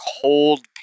cold